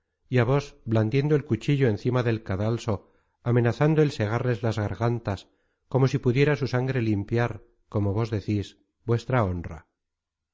á vos blandiendo el cuchillo encima del cadalso amenazando el segarles las gargantas como si pudiera su sangre limpiar como vos decis vuestra honra